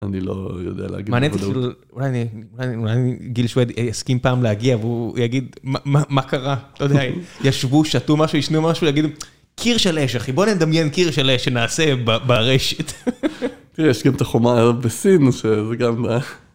אני לא יודע להגיד. אולי גיל שוויד יסכים פעם להגיע והוא יגיד מה קרה, אתה יודע, ישבו, שתו משהו, עישנו משהו, יגידו, קיר של אש, אחי, בוא נדמיין קיר של אש שנעשה ברשת. יש גם את החומה הזאת בסין, שזה גם...